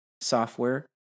software